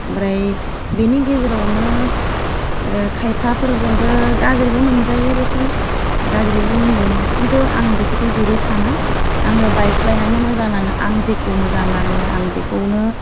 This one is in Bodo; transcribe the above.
ओमफ्राय बेनि गेजेरावनो खायफाफोरजोंबो गाज्रिबो मोनजायो देसुन गाज्रिबो बुङो खिन्थु आं बेफोरखौ जेबो साना आङो बाइक सालायनानै मोजां नाङो आं जेखौ मोजां नाङो आं बेखौनो